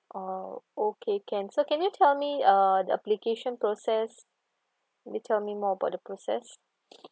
oh okay can so can you tell me uh the application process can you tell me more about the process